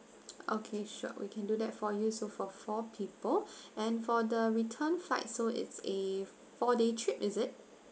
okay sure we can do that for you so for four people and for the return flight so it's a four day trip is it